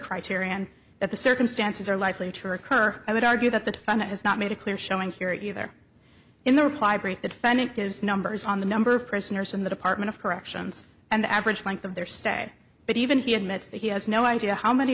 criterion that the circumstances are likely to occur i would argue that the defendant has not made a clear showing here either in the reply brief the defendant gives numbers on the number of prisoners in the department of corrections and the average length of their stay but even he admits that he has no idea how many